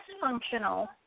functional